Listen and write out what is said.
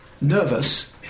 nervous